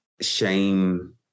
shame